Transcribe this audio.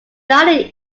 died